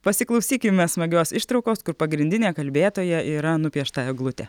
pasiklausykime smagios ištraukos kur pagrindinė kalbėtoja yra nupiešta eglutė